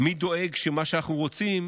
מי דואג שמה שאנחנו רוצים